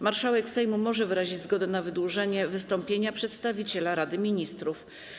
Marszałek Sejmu może wyrazić zgodę na wydłużenie wystąpienia przedstawiciela Rady Ministrów.